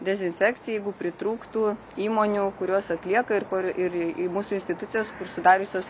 dezinfekciją jeigu pritrūktų įmonių kurios atlieka ir kur ir į mūsų institucijos kur sudariusios